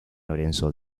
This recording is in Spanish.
lorenzo